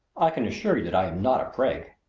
i can assure you that i am not a prig.